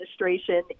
administration